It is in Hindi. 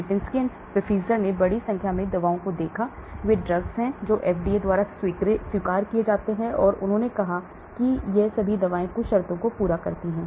Lipinski and Pfizer ने बड़ी संख्या में दवाओं को देखा वे ड्रग्स हैं जो एफडीए द्वारा स्वीकार किए जाते हैं और इसलिए उन्होंने कहा कि ये सभी दवाएं कुछ शर्तों को पूरा करती हैं